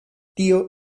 tio